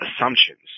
assumptions